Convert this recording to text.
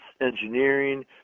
engineering